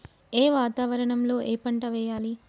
ఏ వాతావరణం లో ఏ పంట వెయ్యాలి?